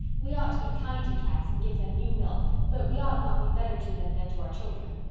we ought to be kind to cats and give them new milk but we ought not be better to them than to our children.